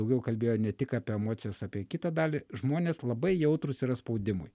daugiau kalbėjo ne tik apie emocijas apie kitą dalį žmonės labai jautrūs yra spaudimui